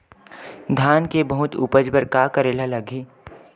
धान के बहुत उपज बर का करेला लगही?